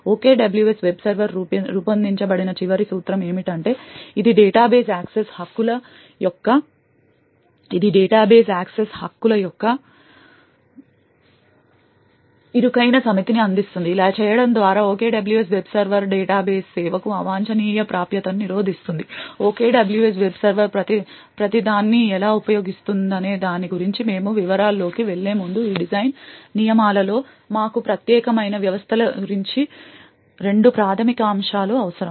OKWS web server రూపొందించబడిన చివరి సూత్రం ఏమిటంటే ఇది డేటాబేస్ యాక్సెస్ హక్కుల యొక్క ఇరుకైన సమితిని అందిస్తుంది ఇలా చేయడం ద్వారా OKWS వెబ్ సర్వర్ డేటాబేస్ సేవకు అవాంఛనీయ ప్రాప్యతను నిరోధిస్తుంది OKWS వెబ్ సర్వర్ ప్రతిదాన్ని ఎలా ఉపయోగిస్తుందనే దాని గురించి మేము వివరాల్లోకి వెళ్ళే ముందు ఈ డిజైన్ నియమాలలో మాకు ప్రత్యేకమైన వ్యవస్థల గురించి రెండు ప్రాథమిక అంశాలు అవసరం